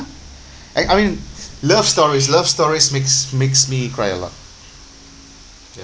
I I mean love stories love stories makes makes me cry a lot